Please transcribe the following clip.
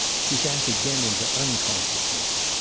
she sank again into unconsciousness.